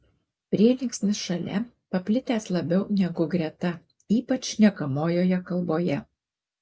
prielinksnis šalia paplitęs labiau negu greta ypač šnekamojoje kalboje